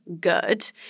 good